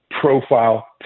profile